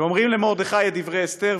ואומרים למרדכי את דברי אסתר,